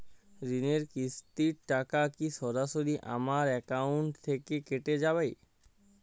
ঋণের কিস্তির টাকা কি সরাসরি আমার অ্যাকাউন্ট থেকে কেটে যাবে?